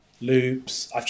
loops